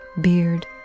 beard